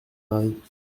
mari